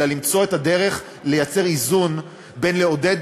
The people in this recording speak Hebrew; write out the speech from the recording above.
אלא למצוא את הדרך לייצר איזון בין לעודד